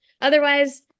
otherwise